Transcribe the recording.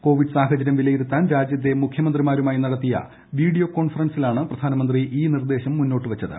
Covid സാഹചരൃം വിലയിരുത്താൻ രാജ്യത്തെ മുഖ്യമന്ത്രിമാരുമായി നടത്തിയ വീഡിയോ കോൺഫറൻസിലാണ് പ്രധാനമന്ത്രി ഈ നിർദേശം മുന്നോട്ടു വച്ചത്